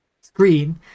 screen